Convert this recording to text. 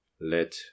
let